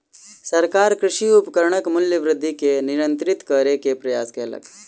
सरकार कृषि उपकरणक मूल्य वृद्धि के नियंत्रित करै के प्रयास कयलक